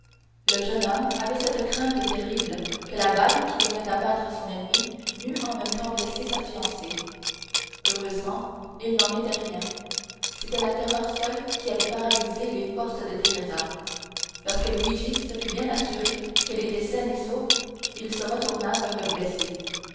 le jeune homme avait cette crainte terrible que la balle qui venait d'abattre son ennemi n'eût en même temps blessé sa fiancée heureusement il n'en était rien c'était le terreur seule qui avait paralysé les forces de teresa lorsque luigi se fut bien assuré qu'elle était saine et sauve il se retourna vers le blessé